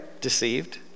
deceived